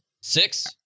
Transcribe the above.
Six